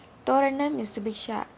thoranam is tobisha